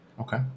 Okay